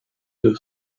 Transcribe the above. des